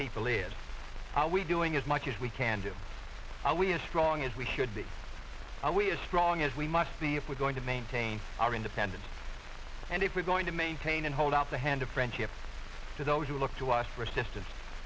people lives are we doing as much as we can do we as strong as we should be and we as strong as we must be if we're going to maintain our independence and if we're going to maintain and hold out the hand of friendship to those who look to us for assistance